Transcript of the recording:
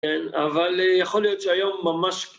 כן, אבל יכול להיות שהיום ממש...